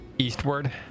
Eastward